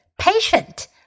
Patient